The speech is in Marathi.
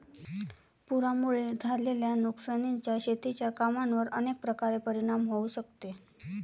पुरामुळे झालेल्या नुकसानीचा शेतीच्या कामांवर अनेक प्रकारे परिणाम होऊ शकतो